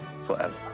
forever